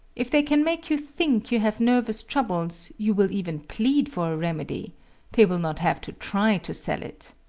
if they can make you think you have nervous troubles you will even plead for a remedy they will not have to try to sell it.